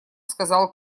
сказал